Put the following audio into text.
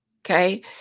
okay